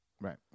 Right